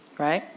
right